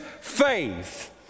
faith